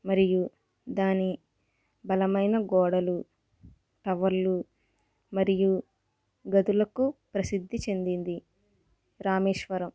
మరియు దాని బలమైన గోడలు టవర్లు మరియు గదులకు ప్రసిద్ధి చెందింది రామేశ్వరం